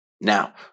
Now